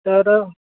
तर